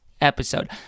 episode